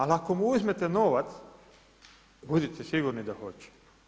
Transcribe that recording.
Ali ako mu uzmete novac budite sigurni da hoće.